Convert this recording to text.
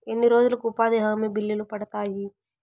ఎన్ని రోజులకు ఉపాధి హామీ బిల్లులు పడతాయి?